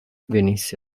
venisse